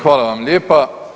Hvala vam lijepa.